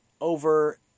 over